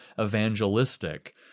evangelistic